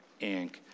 Inc